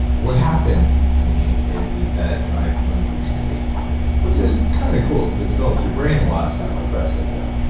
what happened to me is that, i learned to read at eighteen months, which is kind of cool, because it develops your brain a lot, it's kind of impressive, yeah.